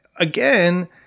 again